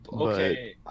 Okay